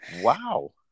wow